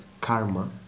karma